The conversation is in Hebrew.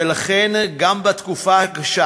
ולכן גם בתקופה הקשה